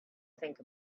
think